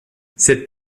cette